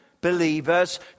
believers